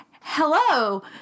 hello